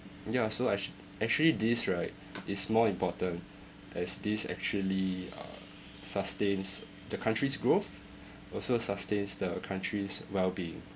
ya so actua~ actually this right is more important as this actually uh sustains the country's growth also sustains the country's wellbeing